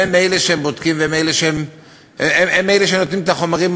והם אלה שבודקים והם אלה שנותנים את החומרים,